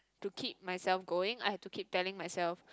to keep myself going I have to keep telling myself